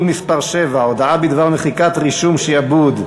מס' 7) (הודעה בדבר מחיקת רישום שעבוד),